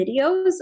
videos